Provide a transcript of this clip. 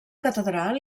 catedral